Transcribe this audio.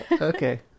Okay